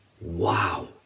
Wow